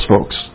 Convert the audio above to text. folks